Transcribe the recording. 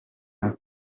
kandi